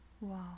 wow